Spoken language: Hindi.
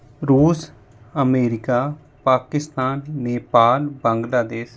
रूस अमेरिका पाकिस्तान नेपाल बांग्लादेश